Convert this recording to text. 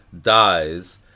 dies